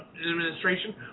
Administration